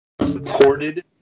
supported